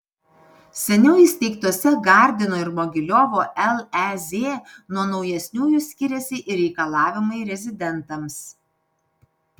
seniau įsteigtose gardino ir mogiliovo lez nuo naujesniųjų skiriasi ir reikalavimai rezidentams